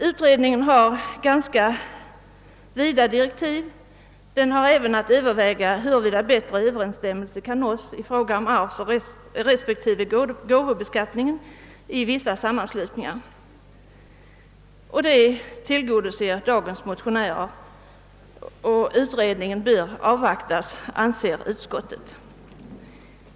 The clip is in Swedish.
Utredningen har ganska vida direktiv och har även att överväga, huruvida bättre överensstämmelse kan nås mellan arvsoch gåvobeskattningen av vissa sammanslutningar. Detta tillgodoser det krav som dagens motionärer framfört, och utskottet anser därför att utredningen bör avvaktas.